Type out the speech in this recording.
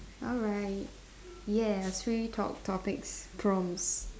alright yes free talk topics prompts